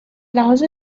لحاظ